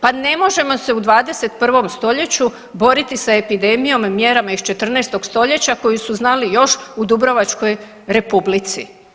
Pa ne možemo se u 21. stoljeću boriti sa epidemijom i mjerama iz 14. stoljeća koji su znali još u Dubrovačkoj Republici.